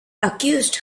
accuse